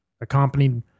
accompanied